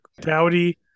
Dowdy